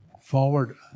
forward